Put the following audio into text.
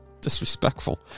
disrespectful